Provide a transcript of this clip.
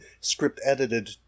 script-edited